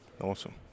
Awesome